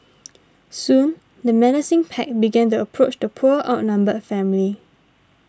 soon the menacing pack began the approach the poor outnumbered family